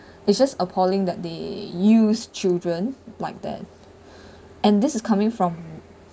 it's just appalling that they use children like that and this is coming from